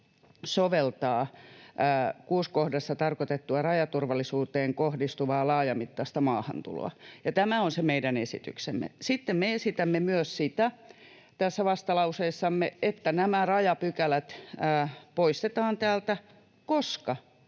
soveltaa 6 kohdassa tarkoitettuun rajaturvallisuuteen kohdistuvaan laajamittaiseen maahantuloon. Tämä on se meidän esityksemme. Sitten me esitämme tässä vastalauseessamme myös sitä, että nämä rajapykälät poistetaan täältä, koska